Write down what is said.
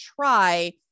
try